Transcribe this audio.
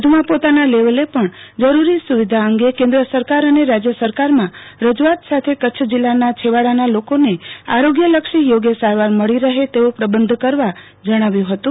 વધુમાં પોતાના લેવલ પણ જરૂરી સુવિધા અંગે કન્દ્ર સરકાર અને રાજય સરકારમાં રજુઆત સાથે કચ્છ જિલ્લાના છેવાડાના લોકોને આરોગ્ય લક્ષી યોગ્ય સારવાર મળી રહે તેવો પબંધ કરવા જણાવ્યું હતું